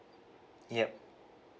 yup